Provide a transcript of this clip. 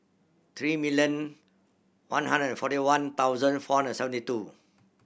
three million one hundred and forty one thousand four hundred and seventy two